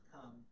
come